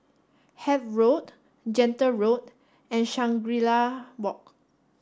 Hythe Road Gentle Road and Shangri La Walk